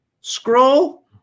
scroll